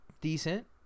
decent